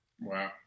Wow